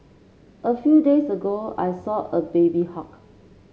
a few days ago I saw a baby hawk